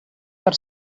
per